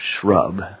shrub